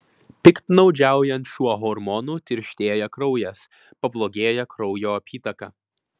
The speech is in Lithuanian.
piktnaudžiaujant šiuo hormonu tirštėja kraujas pablogėja kraujo apytaka